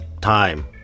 time